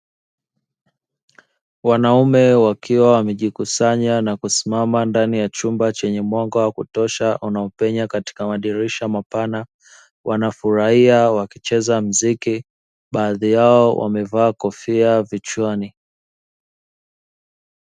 Wanaume wanne wakiwa wamejikusanya na kusimama ndani ya chumba chenye mwanga wa kutosha unaopenya katika madirisha mapana, wanafurahia wakicheza mziki, baadhi yao wamevaa kofa vichwani.